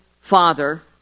father